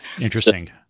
Interesting